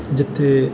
ਜਿੱਥੇ